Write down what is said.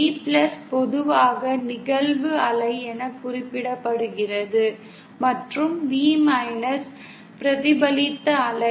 V பொதுவாக நிகழ்வு அலை என குறிப்பிடப்படுகிறது மற்றும் V பிரதிபலித்த அலை